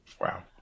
Wow